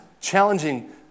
challenging